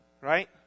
right